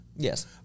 Yes